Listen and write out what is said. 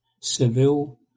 Seville